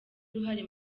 uruhare